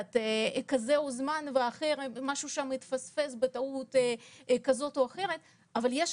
שמישהו הוזמן ואצל האחר משהו התפספס בצורה כזאת או אחרת - אבל יש